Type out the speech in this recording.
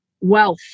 wealth